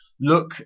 look